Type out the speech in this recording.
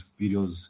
videos